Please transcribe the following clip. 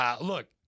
Look